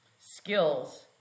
skills